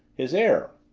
his heir.